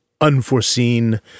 unforeseen